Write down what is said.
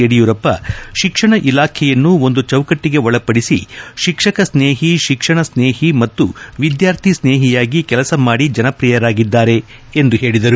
ಯಡಿಯೂರಪ್ಪ ಶಿಕ್ಷಣ ಇಲಾಖೆಯನ್ನು ಒಂದು ಚೌಕಟ್ಟಿಗೆ ಒಳಪದಿಸಿ ಶಿಕ್ಷಕ ಸ್ನೇಹಿ ಶಿಕ್ಷಣ ಸ್ನೇಹಿ ಮತ್ತು ವಿದ್ಯಾರ್ಥಿ ಸ್ನೇಹಿಯಾಗಿ ಕೆಲಸ ಮಾದಿ ಜನಪ್ರಿಯರಾಗಿದ್ದಾರೆ ಎಂದು ಹೇಳಿದರು